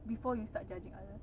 before you start judging others